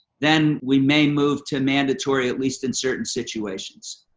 then we may move to mandatory at least in certain situations.